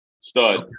Stud